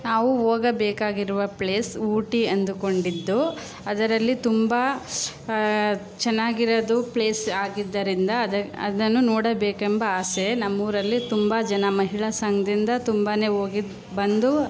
ನಾವು ಹೋಗಬೇಕಾಗಿರುವ ಪ್ಲೇಸ್ ಊಟಿ ಎಂದುಕೊಂಡಿದ್ದು ಅದರಲ್ಲಿ ತುಂಬ ಚೆನ್ನಾಗಿರೋದು ಪ್ಲೇಸ್ ಆಗಿದ್ದರಿಂದ ಅದು ಅದನ್ನು ನೋಡಬೇಕೆಂಬ ಆಸೆ ನಮ್ಮೂರಲ್ಲಿ ತುಂಬ ಜನ ಮಹಿಳಾ ಸಂಘದಿಂದ ತುಂಬನೇ ಹೋಗಿ ಬಂದು